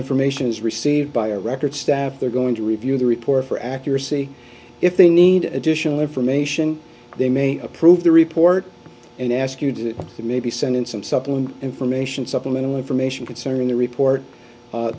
information is received by a record staff they're going to review the report for accuracy if they need additional information they may approve the report and ask you to maybe send in some supplement information supplemental information concerning the report